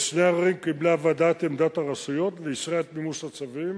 בשני עררים קיבלה הוועדה את עמדת הרשויות ואישרה את מימוש הצווים,